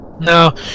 No